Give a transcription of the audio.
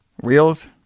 Wheels